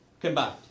combined